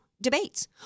debates